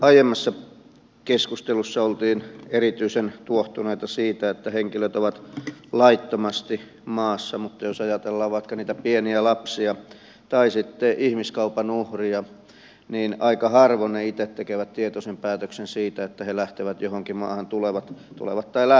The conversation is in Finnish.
aiemmassa keskustelussa oltiin erityisen tuohtuneita siitä että henkilöt ovat laittomasti maassa mutta jos ajatellaan vaikka pieniä lapsia tai ihmiskaupan uhreja niin aika harvoin he itse tekevät tietoisen päätöksen siitä että he lähtevät johonkin maahan tulevat tai lähtevät